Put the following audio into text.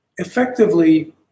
Effectively